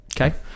okay